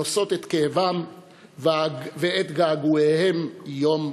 הנושאות את כאבן ואת געגועיהן יום-יום.